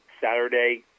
saturday